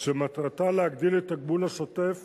שמטרתה להגדיל את התגמול השוטף